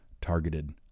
targeted